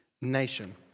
nation